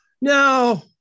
no